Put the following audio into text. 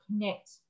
connect